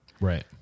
right